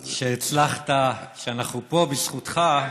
2. אנחנו פה, בזכותך,